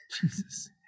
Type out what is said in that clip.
Jesus